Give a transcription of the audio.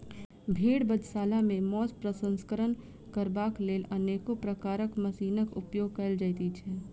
भेंड़ बधशाला मे मौंस प्रसंस्करण करबाक लेल अनेको प्रकारक मशीनक उपयोग कयल जाइत छै